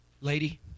lady